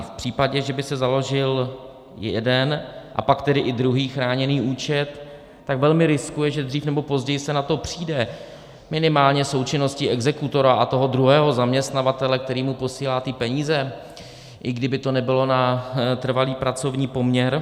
V případě, že by si založil jeden a pak i druhý chráněný účet, tak velmi riskuje, že dřív nebo později se na to přijde, minimálně součinností exekutora a toho druhého zaměstnavatele, který mu posílá peníze, i kdyby to nebylo na trvalý pracovní poměr.